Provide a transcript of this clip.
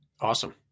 Awesome